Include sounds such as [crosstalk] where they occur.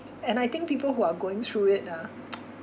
and I think people who are going through it ah [noise]